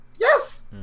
Yes